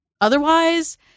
otherwise